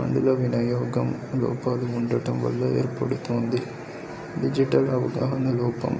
ఫండుల వినయోగం లోపాలు ఉండటం వల్ల ఏర్పడుతోంది డిజిటల్ అవగాహన లోపం